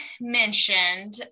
mentioned